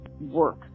work